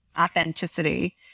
authenticity